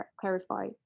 clarify